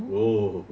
woah